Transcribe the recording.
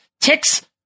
ticks